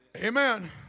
Amen